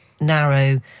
narrow